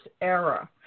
era